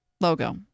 logo